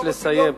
אבקש לסיים.